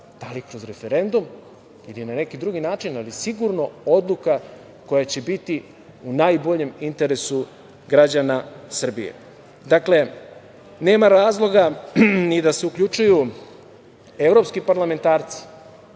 da li kroz referendum ili na neki drugi način, ali sigurno odluka koja će biti u najboljem interesu građana Srbije. Dakle, nema razloga ni da se uključuju evropski parlamentarci.